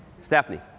Stephanie